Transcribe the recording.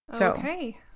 Okay